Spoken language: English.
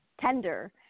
tender